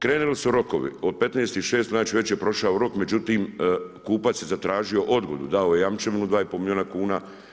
Krenuli su rokovi od 15.6. znači veće je prošao rok, međutim, kupac je zatražio odgodu, dao je jamčevinu 2,5 milijuna kuna.